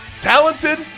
talented